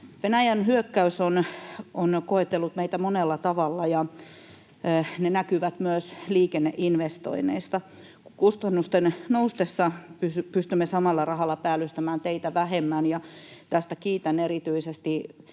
Venäjän hyökkäys on koetellut meitä monella tavalla, ja se näkyy myös liikenneinvestoinneissa. Kustannusten noustessa pystymme samalla rahalla päällystämään teitä vähemmän. Ja erityisesti